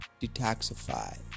detoxify